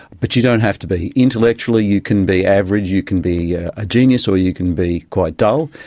but you don't have to be. intellectually you can be average, you can be a genius or you can be quite dull.